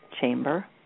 chamber